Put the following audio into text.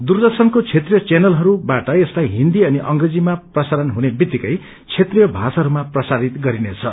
दूरदर्शको क्षेत्रीय च्यानलहरूवाट यसलाई हिन्दी अनि अंग्रेजीमा प्रसारणको लगत्तै क्षेत्रीय भाषाहरूमा प्रसारित गरिनेछ